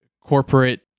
corporate